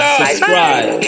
subscribe